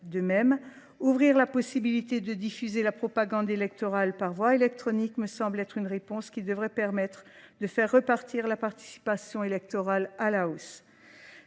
De même, ouvrir la possibilité de diffuser la propagande électorale par voie électronique me semble être une réponse qui devrait permettre de faire repartir la participation électorale à la hausse.